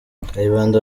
kayibanda